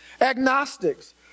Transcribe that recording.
Agnostics